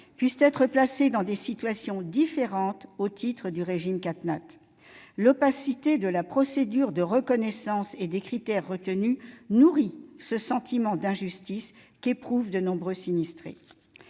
puissent être placées dans des situations différentes au titre du régime CatNat ? L'opacité de la procédure de reconnaissance et des critères retenus nourrit le sentiment d'injustice éprouvé par de nombreux sinistrés.